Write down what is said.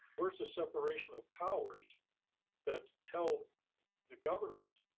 where's the separation of powers that tell the government,